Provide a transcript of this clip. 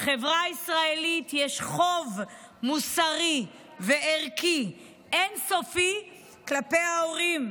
לחברה הישראלית יש חוב מוסרי וערכי אין-סופי כלפי ההורים,